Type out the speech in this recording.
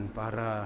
para